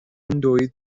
دوید